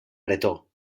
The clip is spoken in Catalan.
bretó